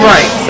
Right